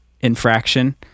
infraction